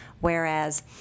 whereas